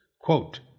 Quote